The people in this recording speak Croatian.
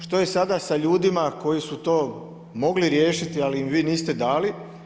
Što je sada sa ljudima koji su to mogli riješiti, ali im vi niste dali?